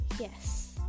Yes